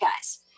guys